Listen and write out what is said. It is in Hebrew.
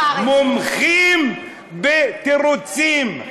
מומחים בתירוצים.